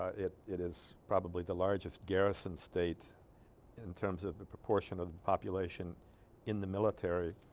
it it is probably the largest garrison state in terms of the proportion of population in the military